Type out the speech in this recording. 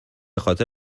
خاطر